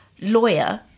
lawyer